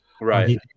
Right